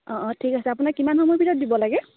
অঁ অঁ ঠিক আছে আপোনাক কিমান সময়ৰ ভিতৰত দিব লাগে